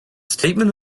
statement